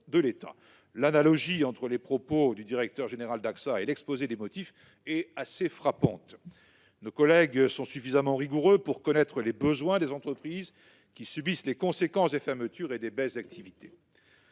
L'analogie entre les propos du directeur général d'Axa et l'exposé des motifs est assez frappante. Nos collègues sont suffisamment rigoureux pour connaître les besoins des entreprises, qui subissent les conséquences des fermetures et des baisses d'activité.